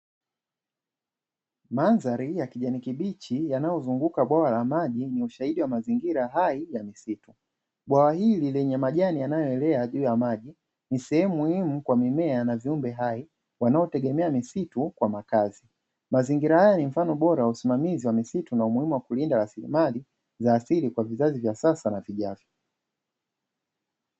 Mandhari ya kijani kibichi yanayozunguka bwawa la maji ni ushahidi wa mazingira hai ya misitu, bwawa hili lenye majani yanayoelea juu ya maji ni sehemu muhimu kwa mimea na viumbe hai wanaotegemea misitu kwa makazi, mazingira haya ni mfano bora wa usimamizi wa misitu na umuhimu wa kulinda rasilimali za asili kwa vizazi vyasasa na vijavyo.